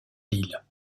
lille